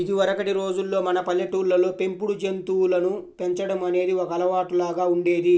ఇదివరకటి రోజుల్లో మన పల్లెటూళ్ళల్లో పెంపుడు జంతువులను పెంచడం అనేది ఒక అలవాటులాగా ఉండేది